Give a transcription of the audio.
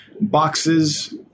boxes